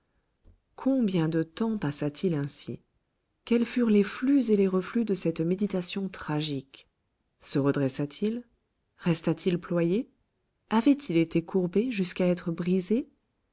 combien de temps passa-t-il ainsi quels furent les flux et les reflux de cette méditation tragique se redressa t il resta-t-il ployé avait-il été courbé jusqu'à être brisé